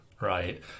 right